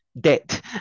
debt